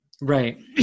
right